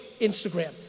Instagram